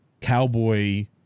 cowboy